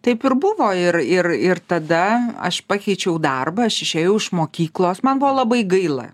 taip ir buvo ir ir ir tada aš pakeičiau darbą aš išėjau iš mokyklos man buvo labai gaila